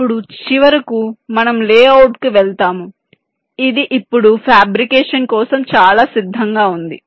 అప్పుడు చివరకు మనం లేఅవుట్కు వెళ్తాము ఇది ఇప్పుడు ఫ్యాబ్రికేషన్ కోసం చాలా సిద్ధంగా ఉంది